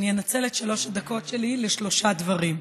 אני אנצל את שלוש הדקות שלי לשלושה דברים.